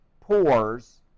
pores